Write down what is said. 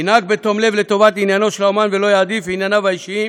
ינהג בתום לב לטובת עניינו של האמן ולא יעדיף את ענייניו האישיים